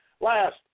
Last